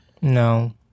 no